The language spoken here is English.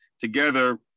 together